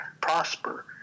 prosper